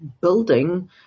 building